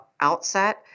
outset